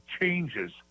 changes